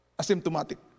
asymptomatic